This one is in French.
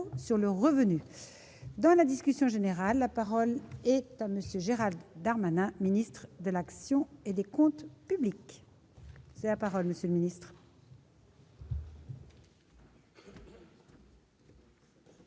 sur le revenu dans la discussion générale, la parole est à monsieur Gérald Darmanin Ministre de l'action et des Comptes publics la parole monsieur le ministre.